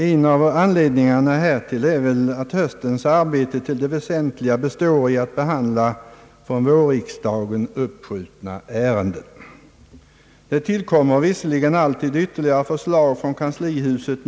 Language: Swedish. En av anledningarna härtill är väl att höstens arbete till det väsentliga består i att behandla från vårriksdagen uppskjutna ärenden. Det tillkommer visserligen alltid ytterligare förslag från kanslihuset.